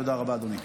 תודה רבה, אדוני.